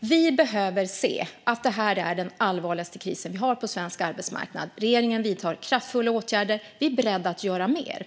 Vi behöver se att detta är den allvarligaste krisen som vi har haft på svensk arbetsmarknad. Regeringen vidtar kraftfulla åtgärder, och vi är beredda att göra mer.